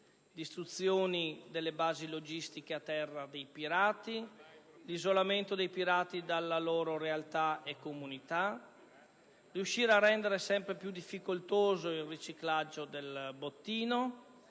distruzione delle basi logistiche a terra e l'isolamento dei pirati dalla realtà e dalla comunità di appartenenza; rendere sempre più difficoltoso il riciclaggio del bottino;